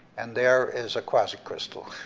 and there is a quasicrystal,